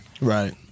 Right